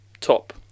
top